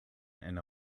and